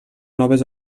noves